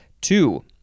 Two